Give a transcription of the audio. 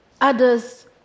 Others